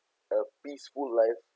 a peaceful life